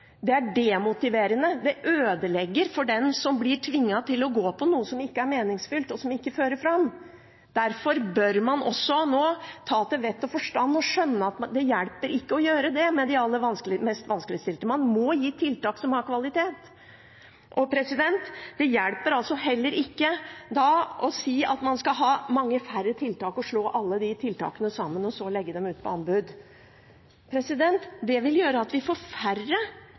Det er demotiverende, det ødelegger for den som blir tvunget til å gå på noe som ikke er meningsfylt, og som ikke fører fram. Derfor bør man også nå bruke vett og forstand og skjønne at det ikke hjelper å gjøre dette når det gjelder de aller mest vanskeligstilte. Man må gi tiltak som har kvalitet. Det hjelper heller ikke å si at man skal ha mange færre tiltak, slå alle tiltakene sammen og så legge dem ut på anbud. Det vil gjøre at vi får færre